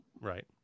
right